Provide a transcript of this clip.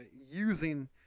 using